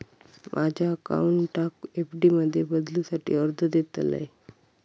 माझ्या अकाउंटाक एफ.डी मध्ये बदलुसाठी अर्ज देतलय